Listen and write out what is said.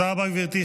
תודה רבה, גברתי.